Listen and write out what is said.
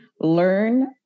learn